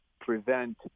prevent